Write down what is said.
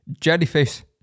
Jellyfish